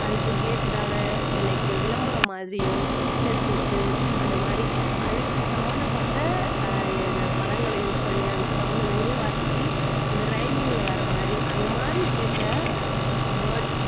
அதுக்கு ரிலேட்டடான லைக்கு விளம்பரம் மாதிரியும் பிச்சர் போட்டு அந்த மாதிரி அதுக்கு சம்பந்தப்பட்ட இதை படங்களை யூஸ் பண்ணி அதுக்கு சம்பந்த ஒரே வார்த்தைக்கு இந்த ரைமிங்கில் வர்ற மாதிரி அந்த மாதிரிஸ் இருக்கற வோர்ட்ஸ்